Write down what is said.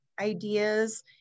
ideas